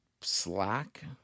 slack